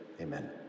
amen